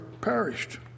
perished